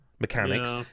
mechanics